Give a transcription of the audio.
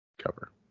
cover